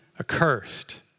accursed